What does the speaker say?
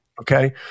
Okay